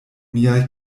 mia